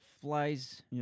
flies